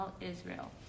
Israel